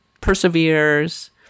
perseveres